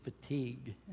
fatigue